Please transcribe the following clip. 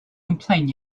complain